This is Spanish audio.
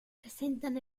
presentan